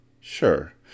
Sure